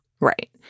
Right